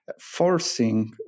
forcing